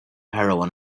heroine